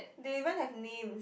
they even have names